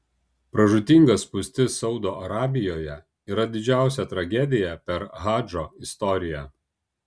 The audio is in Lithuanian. pražūtinga spūstis saudo arabijoje yra didžiausia tragedija per hadžo istoriją